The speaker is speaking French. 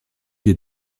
des